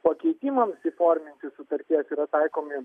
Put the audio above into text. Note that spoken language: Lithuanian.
pakeitimams įforminti sutarties yra taikomi